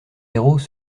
héros